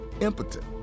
impotent